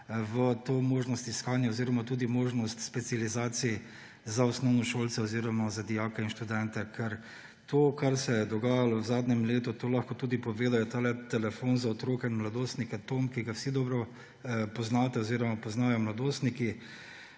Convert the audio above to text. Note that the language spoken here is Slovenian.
v to možnost iskanja oziroma tudi možnost specializacij za osnovnošolce oziroma za dijake in študente, ker to, kar se je dogajalo v zadnjem letu, lahko tudi pogledajo telefon za otroke in mladostnike TOM, ki ga vsi dobro poznate oziroma poznajo mladostniki,